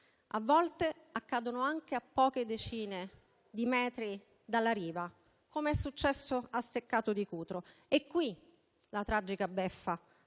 A volte accadono anche a poche decine di metri dalla riva, com'è successo a Steccato di Cutro. La tragica beffa